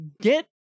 get